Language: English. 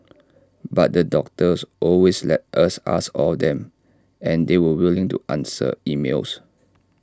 but the doctors always let us ask all them and they were willing to answer emails